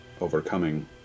overcoming